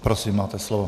Prosím, máte slovo.